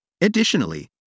Additionally